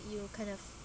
you'll kind of